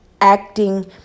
acting